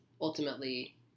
ultimately